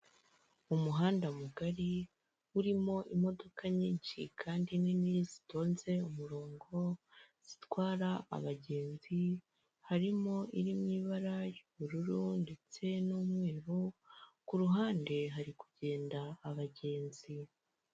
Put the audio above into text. Umuhanda mugari urimo imodoka nyinshi kandi nini zitonze umurongo zitwara abagenzi, harimo iri mu ibara ry'ubururu ndetse n'umweru, ku ruhande hari kugenda abagenzi.